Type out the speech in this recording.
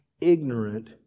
ignorant